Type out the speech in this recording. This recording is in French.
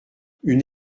une